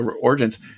origins